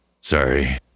Sorry